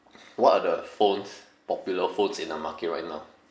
what are the phones popular phones in the market right now